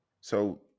So-